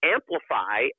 amplify